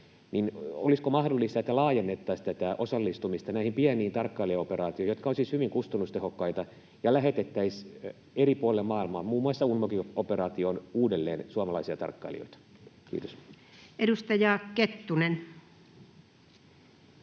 Olisiko mahdollista, että laajennettaisiin tätä osallistumista näihin pieniin tarkkailijaoperaatioihin, jotka ovat siis hyvin kustannustehokkaita, ja lähetettäisiin eri puolille maailmaa, muun muassa UNMOGIP-operaatioon, uudelleen suomalaisia tarkkailijoita? — Kiitos. [Speech